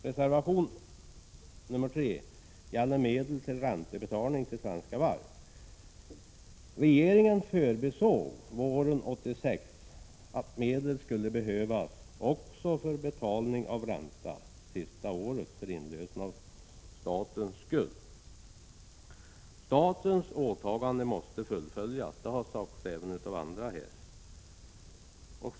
Reservation 3 gäller medel till räntebetalning till Svenska Varv. Regeringen förbisåg våren 1986 att medel skulle behövas också för betalning av ränta sista året för inlösen av statens skuld. Statens åtagande måste fullföljas, något som även har sagts av andra här.